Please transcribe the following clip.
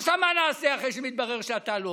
עכשיו מה נעשה, אחרי שמתברר שאתה לא